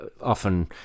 often